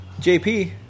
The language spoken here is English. JP